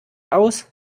aus